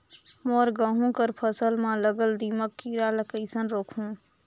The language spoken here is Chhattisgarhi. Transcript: मोर गहूं कर फसल म लगल दीमक कीरा ला कइसन रोकहू?